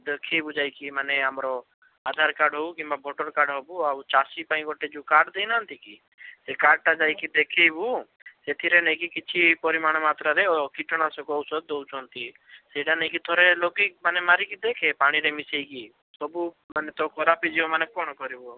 ଦେଖେଇବୁ ଯାଇକି ମାନେ ଆମର ଆଧାର କାର୍ଡ଼ ହେଉ କିମ୍ବା ଭୋଟର କାର୍ଡ଼ ହେବୁ ଆଉ ଚାଷୀ ପାଇଁ ଗୋଟେ ଯେଉଁ କାର୍ଡ଼ ଦେଇନାହାନ୍ତିକି ସେଇ କାର୍ଡ଼ଟା ଯାଇକି ଦେଖାଇବୁ ସେଥିରେ ନେଇକି କିଛି ପରିମାଣ ମାତ୍ରାରେ କୀଟନାଶକ ଔଷଧ ଦେଉଛନ୍ତି ସେଇଟା ନେଇକି ଥରେ ଲଗାଇକି ମାନେ ମାରିକି ଦେଖେ ପାଣିରେ ମିଶାଇକି ସବୁମାନେ ତ ଖରାପ ହେଇଯିବ ମାନେ କ'ଣ କରିବୁ ଆଉ